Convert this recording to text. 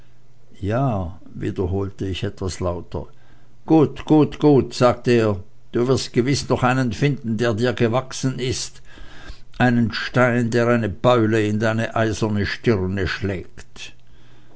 ja wiederholte ich etwas lauter gut gut gut sagte er du wirst gewiß noch einen finden der dir gewachsen ist einen stein der eine beule in deine eiserne stirne schlägt